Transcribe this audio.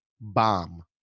Bomb